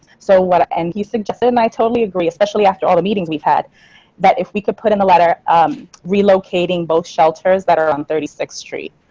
so what and he suggested and i totally agree, especially after all the meetings, we've had that if we could put in a letter relocating both shelters that are on thirty six street.